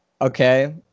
okay